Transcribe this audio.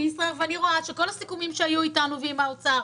וישראייר ואני רואה שכל הסיכומים שהיו איתנו ועם האוצר